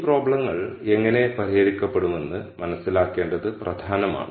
ഈ പ്രോബ്ളങ്ങൾ എങ്ങനെ പരിഹരിക്കപ്പെടുമെന്ന് മനസ്സിലാക്കേണ്ടത് പ്രധാനമാണ്